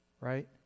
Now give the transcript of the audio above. Right